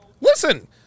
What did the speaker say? Listen